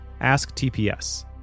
AskTPS